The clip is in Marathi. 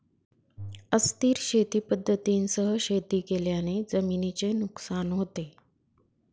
अस्थिर शेती पद्धतींसह शेती केल्याने जमिनीचे नुकसान होते